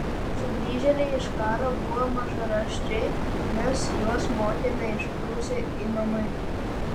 sugrįžėliai iš karo buvo mažaraščiai nes juos mokė neišprusę imamai